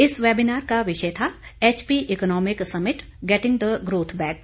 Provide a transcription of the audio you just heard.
इस वेबिनार का विषय था HP economic summit getting the growth back